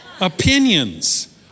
opinions